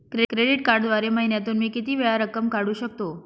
Credit कार्डद्वारे महिन्यातून मी किती वेळा रक्कम काढू शकतो?